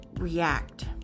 react